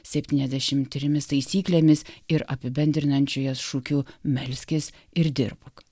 septyniasdešimt trimis taisyklėmis ir apibendrinančiu jas šūkiu melskis ir dirbk